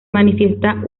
manifiestan